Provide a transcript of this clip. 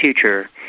future